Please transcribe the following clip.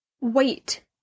Wait